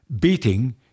beating